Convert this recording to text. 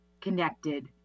connected